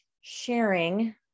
sharing